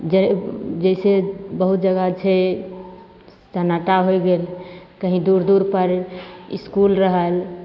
जय जैसे बहुत जगह छै सन्नाटा होइ गेल कही दूर दूर पर इसकुल रहल